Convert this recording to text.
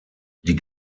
die